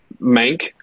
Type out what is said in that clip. Mank